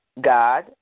God